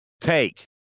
take